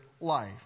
life